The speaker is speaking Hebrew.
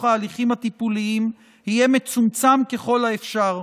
ההליכים הטיפוליים יהיה מצומצם ככל האפשר.